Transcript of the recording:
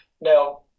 Now